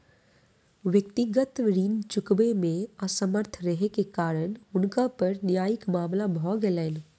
व्यक्तिगत ऋण चुकबै मे असमर्थ रहै के कारण हुनका पर न्यायिक मामला भ गेलैन